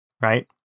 right